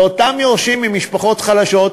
לאותם יורשים ממשפחות חלשות,